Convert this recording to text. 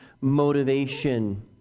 motivation